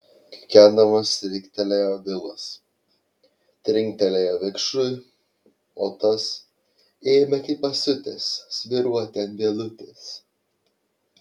kikendamas riktelėjo vilas trinktelėjo vikšrui o tas ėmė kaip pasiutęs svyruoti ant vielutės